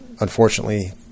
unfortunately